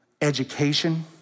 education